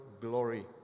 glory